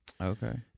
Okay